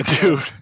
Dude